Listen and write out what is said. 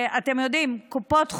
אתם יודעים, קופות חולים,